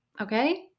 okay